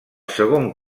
segon